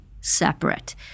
separate